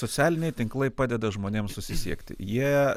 socialiniai tinklai padeda žmonėms susisiekti jie